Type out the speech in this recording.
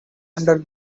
under